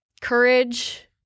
Courage